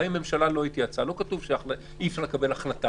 גם אם הממשלה לא התייעצה לא כתוב שאי-אפשר לקבל החלטה